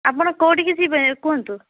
ଆପଣ କେଉଁଠିକି ଯିବେ କୁହନ୍ତୁ